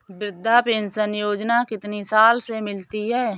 वृद्धा पेंशन योजना कितनी साल से मिलती है?